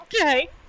okay